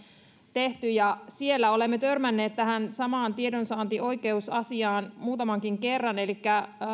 tehty siellä olemme törmänneet tähän samaan tiedonsaantioikeusasiaan muutamankin kerran